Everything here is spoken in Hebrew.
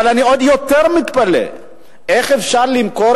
אבל אני עוד יותר מתפלא איך אפשר למכור